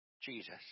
Jesus